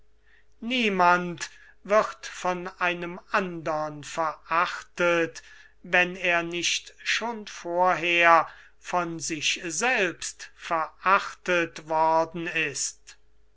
niemand wird von einem andern verachtet wenn er nicht schon vorher von sich selbst verachtet worden ist